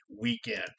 weekend